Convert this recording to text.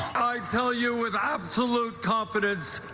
i tell you with absolute confidence,